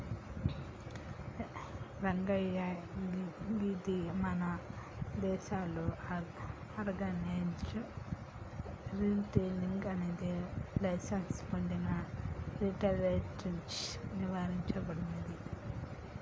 రంగయ్య గీది మన దేసంలో ఆర్గనైజ్డ్ రిటైలింగ్ అనేది లైసెన్స్ పొందిన రిటైలర్లచే నిర్వహించబడేది